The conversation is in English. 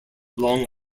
long